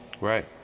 Right